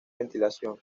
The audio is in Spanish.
ventilación